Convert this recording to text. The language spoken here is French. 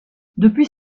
depuis